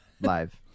live